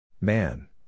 Man